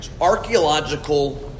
archaeological